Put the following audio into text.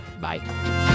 Bye